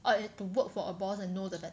oh and to work for a boss and know them